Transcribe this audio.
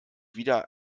wieder